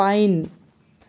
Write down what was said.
fine